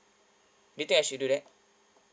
do you think I should do that